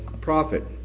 prophet